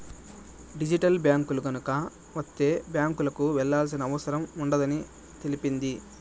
digital బ్యాంకులు గనక వత్తే బ్యాంకులకు వెళ్లాల్సిన అవసరం ఉండదని తెలిపింది